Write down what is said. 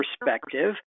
perspective